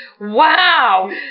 Wow